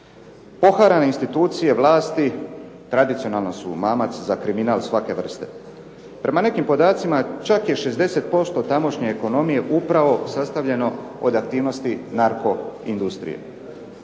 Poharane institucije vlasti tradicionalno su mamac za kriminal svake vrste. Prema nekim podacima čak je 60% tamošnje ekonomije upravo sastavljeno od aktivnosti narko industrije.